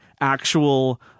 actual